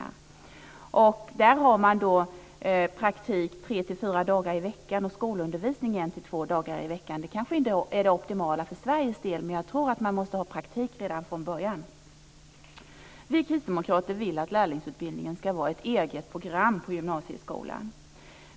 I Österrike har man praktik 3-4 dagar i veckan och skolundervisning 1-2 dagar i veckan. Det är kanske inte det optimala för Sveriges del, men jag tror att man måste ha praktik redan från början. Vi kristdemokrater vill att lärlingsutbildningen ska vara ett eget program på gymnasieskolan.